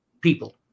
people